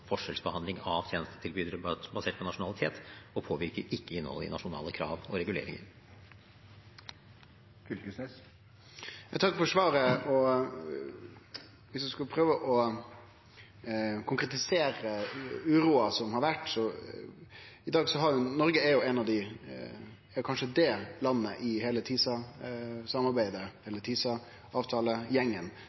forskjellsbehandling av tjenestetilbydere basert på nasjonalitet, og påvirker ikke innholdet i nasjonale krav og reguleringer. Takk for svaret. Eg skal prøve å konkretisere uroa som har vore: Noreg er kanskje det landet i heile